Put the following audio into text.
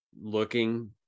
Looking